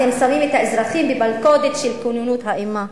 אתם שמים את האזרחים במלכודת של כוננות האימה.